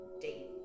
date